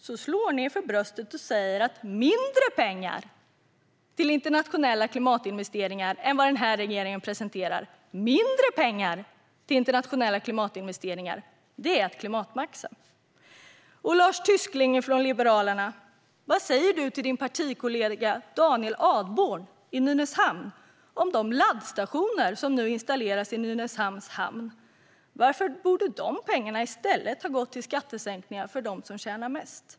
Sedan slår ni er för bröstet och säger att mindre pengar till internationella klimatinvesteringar än vad regeringen har presenterat är att klimatmaxa. Lars Tysklind från Liberalerna! Vad säger du till din partikollega Daniel Adborn i Nynäshamn om de laddstationer som nu installerats i Nynäshamns hamn? Varför borde de pengarna i stället ha gått till skattesänkningar för dem som tjänar mest?